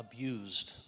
Abused